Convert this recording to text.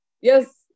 Yes